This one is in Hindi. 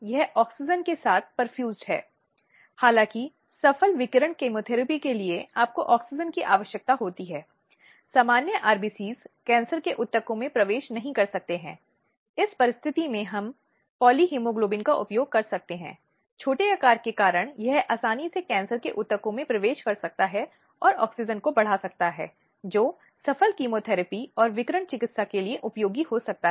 यह एक समस्या है जहां नाबालिग मूल रूप से युवा लड़कियों और यहां तक कि बड़ी उम्र की महिलाओं को कई बार राज्य के विभिन्न हिस्सों से विभिन्न देशों से तस्करी की जाती है और एक या दूसरे अवैध उद्देश्यों के लिए कुछ अन्य स्थानों पर ले जाया जाता है